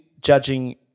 judging